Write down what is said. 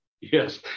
Yes